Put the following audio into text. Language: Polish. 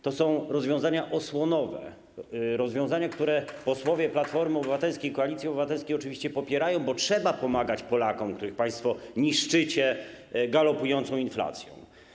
To są rozwiązania osłonowe, rozwiązania, które posłowie Platformy Obywatelskiej, Koalicji Obywatelskiej oczywiście popierają, bo trzeba pomagać Polakom, których państwo niszczycie galopującą inflacją.